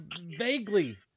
Vaguely